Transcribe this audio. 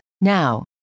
Now